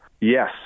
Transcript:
Yes